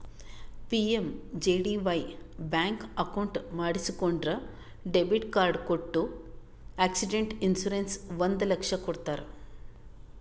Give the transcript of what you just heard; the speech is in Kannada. ಪಿ.ಎಮ್.ಜೆ.ಡಿ.ವೈ ಬ್ಯಾಂಕ್ ಅಕೌಂಟ್ ಮಾಡಿಸಿಕೊಂಡ್ರ ಡೆಬಿಟ್ ಕಾರ್ಡ್ ಕೊಟ್ಟು ಆಕ್ಸಿಡೆಂಟ್ ಇನ್ಸೂರೆನ್ಸ್ ಒಂದ್ ಲಕ್ಷ ಕೊಡ್ತಾರ್